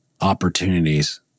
opportunities